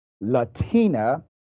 Latina